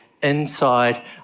inside